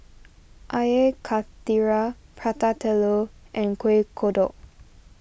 Air Karthira Prata Telur and Kueh Kodok